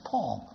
Paul